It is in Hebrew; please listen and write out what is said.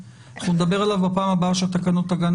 אנחנו נדבר עליו בפעם הבאה שהתקנות תגענה